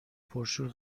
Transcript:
پرشور